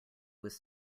was